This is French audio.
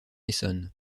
essonne